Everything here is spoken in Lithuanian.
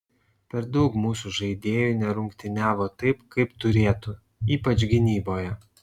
per daug mūsų žaidėjų nerungtyniavo taip kaip turėtų ypač gynyboje